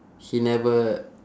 he never